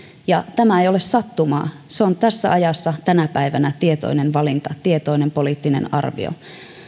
tämä ei ole sattumaa se on tässä ajassa tänä päivänä tietoinen valinta tietoinen poliittinen arvio